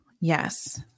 yes